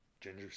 Ginger